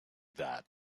that